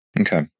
Okay